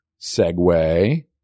segue